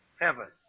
heaven